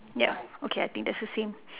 ya okay I think that's the same